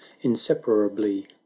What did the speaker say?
inseparably